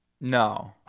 No